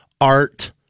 art